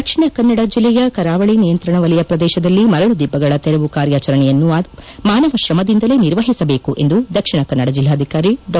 ದಕ್ಷಿಣ ಕನ್ನಡ ಜಿಲ್ಲೆಯ ಕರಾವಳಿ ನಿಯಂತ್ರಣ ವಲಯ ಪ್ರದೇಶದಲ್ಲಿ ಮರಳು ದಿಬ್ಬಗಳ ತೆರವು ಕಾರ್ಯಾಚರಣೆಯನ್ನು ಮಾನವ ಶ್ರಮದಿಂದಲೇ ನಿರ್ವಹಿಸಬೇಕು ಎಂದು ದಕ್ಷಿಣ ಕನ್ನಡ ಜಿಲ್ಲಾಧಿಕಾರಿ ಡಾ